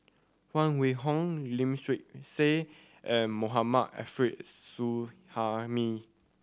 Huang Wenhong Lim Swee Say and Mohammad Arif Suhaimi